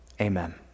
Amen